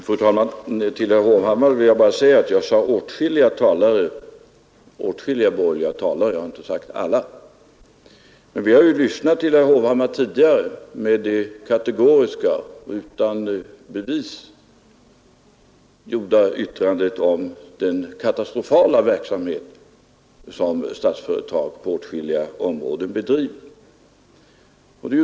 Fru talman! Till herr Hovhammar vill jag bara säga att jag sade ”åtskilliga borgerliga talare” — jag sade inte ”alla”. Men vi har tidigare lyssnat till herr Hovhammars kategoriska och utan bevis framförda yttranden om den katastrofala verksamhet som Statsföretag på åtskilliga områden bedriver.